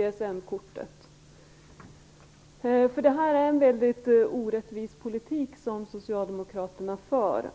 CSN-kortet. Det är en väldigt orättvis politik som socialdemokraterna för.